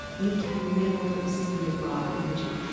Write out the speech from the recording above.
you can never see the broader vision.